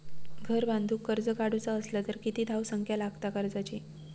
घर बांधूक कर्ज काढूचा असला तर किती धावसंख्या लागता कर्जाची?